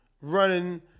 running